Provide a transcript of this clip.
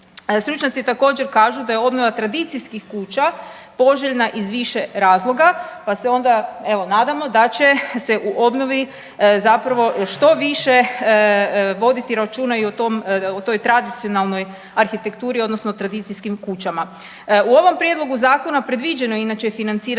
Stručnjaci također kažu da je obnova tradicijskih kuća poželjna iz više razloga, pa se onda evo nadamo da će se u obnovi zapravo što više voditi računa i o toj tradicionalnoj arhitekturi, odnosno tradicijskim kućama. U ovom prijedlogu zakona predviđeno je inače financiranje